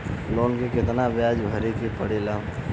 Loan के कितना ब्याज भरे के पड़े ला?